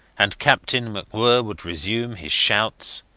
and captain macwhirr would resume, his shouts.